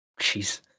Jeez